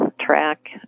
track